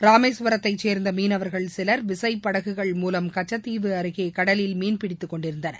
ராமேஸ்வரத்தைச் சேர்ந்த மீனவர்கள் சிலர் விசைப்படகுகள் மூலம் கச்சத்தீவு அருகே கடலில் மீன் பிடித்துக்கொண்டிருந்தனர்